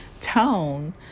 tone